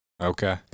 Okay